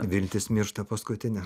viltis miršta paskutinė